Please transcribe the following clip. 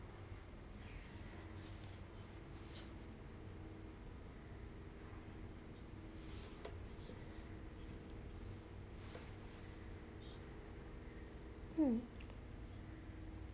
mm